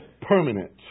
permanent